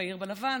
העיר בלבן,